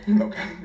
Okay